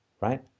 right